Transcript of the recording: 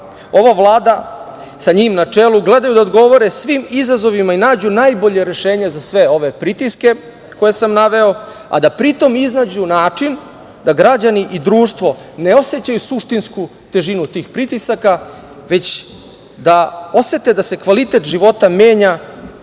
ova Vlada sa njim na čelu gleda da odgovori svim izazovima i nađu najbolje rešenje za sve ove pritiske koje sam naveo, a da pri tom iznađu način da građani i društvo ne osećaju suštinsku težinu tih pritisaka, već da osete da se kvalitet života menja